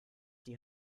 die